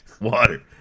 water